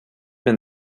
been